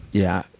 yeah.